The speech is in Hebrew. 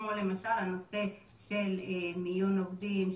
כמו למשל הנושא של מיון עובדים,